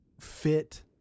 fit